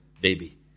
baby